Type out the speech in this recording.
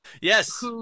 yes